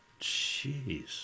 Jeez